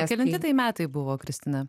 kelinti tai metai buvo kristina